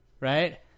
Right